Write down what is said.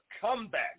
comeback